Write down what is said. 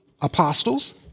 apostles